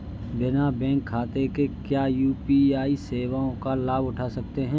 बिना बैंक खाते के क्या यू.पी.आई सेवाओं का लाभ उठा सकते हैं?